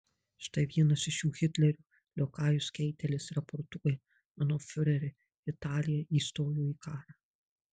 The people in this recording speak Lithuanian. štai vienas iš jų hitlerio liokajus keitelis raportuoja mano fiureri italija įstojo į karą